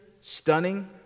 stunning